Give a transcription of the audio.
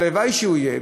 והלוואי שהוא יהיה,